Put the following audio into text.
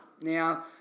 Now